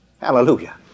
Hallelujah